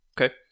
Okay